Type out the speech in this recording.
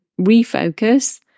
refocus